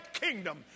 kingdom